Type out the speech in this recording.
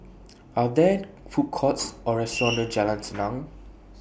Are There Food Courts Or restaurants near Jalan Senang